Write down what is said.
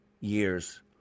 years